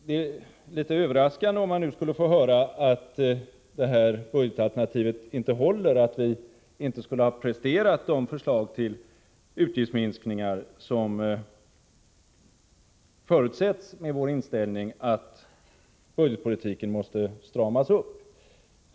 Det vore överraskande om man nu skulle få höra att vårt budgetalternativ inte håller, att vi inte skulle ha presterat de förslag till utgiftsminskningar som är baserade på vår inställning att budgetpolitiken måste stramas upp.